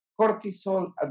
cortisol